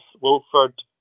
Wilford